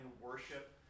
worship